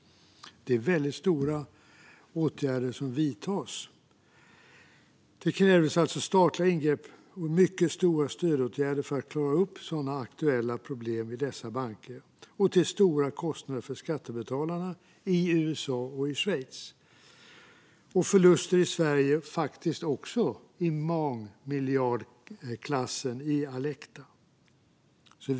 Det är väldigt stora åtgärder som vidtas. Det krävdes alltså statliga ingrepp med mycket stora stödåtgärder för att klara upp de aktuella problemen i dessa banker, och detta till stora kostnader för skattebetalarna i USA och i Schweiz. Det blev faktiskt förluster i mångmiljardklassen också i Sverige, i Alecta.